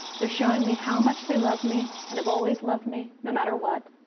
they're showing me how much they love me and have always loved me, no matter what.